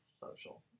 social